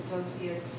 associates